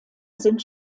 sind